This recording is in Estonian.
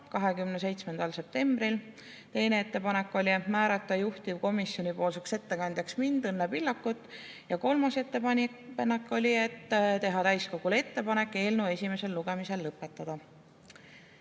27. septembriks. Teine ettepanek oli määrata juhtivkomisjonipoolseks ettekandjaks mind, Õnne Pillakut. Ja kolmas ettepanek oli, et teha täiskogule ettepanek eelnõu esimene lugemine lõpetada.